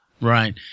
Right